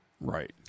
Right